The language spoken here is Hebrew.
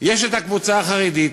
יש הקבוצה החרדית.